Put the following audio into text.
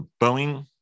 Boeing